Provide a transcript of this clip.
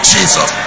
Jesus